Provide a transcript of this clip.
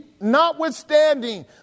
notwithstanding